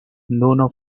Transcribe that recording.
nona